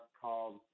called